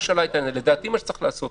לדעתי צריך לקחת